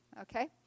okay